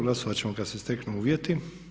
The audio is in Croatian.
Glasovati ćemo kada se steknu uvjeti.